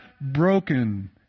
broken